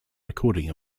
recording